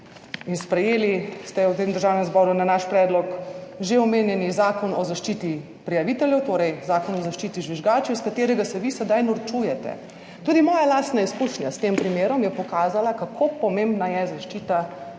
in sprejeli, ste v tem Državnem zboru na naš predlog že omenjeni zakon o zaščiti prijaviteljev, torej Zakon o zaščiti žvižgačev iz katerega se vi sedaj norčujete. Tudi moja lastna izkušnja s tem primerom je pokazala, kako pomembna je zaščita